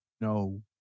No